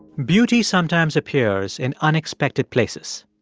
beauty sometimes appears in unexpected places.